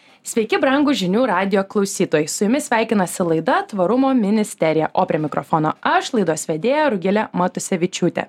sveiki brangūs žinių radijo klausytojai su jumis sveikinasi laida tvarumo ministerija o prie mikrofono aš laidos vedėja rugilė matusevičiūtė